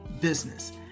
business